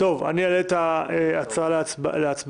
אני מעלה את ההצעה להצבעה.